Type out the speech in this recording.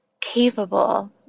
capable